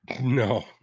no